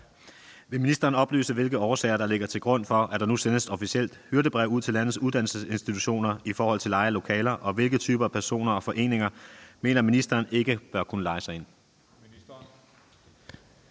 Vil ministeren oplyse, hvilke årsager der ligger til grund for, at der nu sendes et officielt hyrdebrev ud til landets uddannelsesinstitutioner i forhold til leje af lokaler, og hvilke typer af personer og foreninger mener ministeren ikke bør kunne leje sig ind?